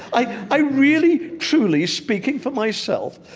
i i really, truly speaking for myself,